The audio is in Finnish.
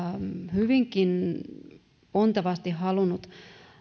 hyvinkin pontevasti halunnut